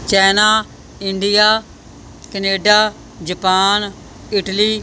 China India Canada Japan Italy